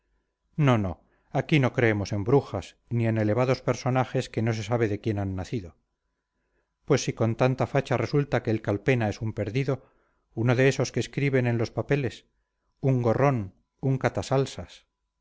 no no aquí no creemos en brujas ni en elevados personajes que no se sabe de quién han nacido pues si con tanta facha resulta que el calpena es un perdido uno de esos que escriben en los papeles un gorrón un